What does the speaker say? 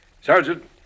Sergeant